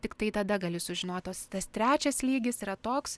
tiktai tada gali sužinot tas trečias lygis yra toks